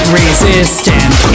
resistant